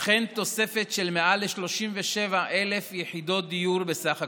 וכן תוספת של מעל ל-37,000 יחידות דיור בסך הכול.